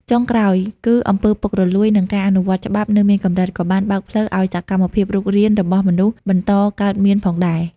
ចុងក្រោយ គឺអំពើពុករលួយ និង ការអនុវត្តច្បាប់នៅមានកម្រិត ក៏បានបើកផ្លូវឱ្យសកម្មភាពរុករានរបស់មនុស្សបន្តកើតមានផងដែរ។